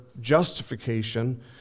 justification